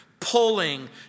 Pulling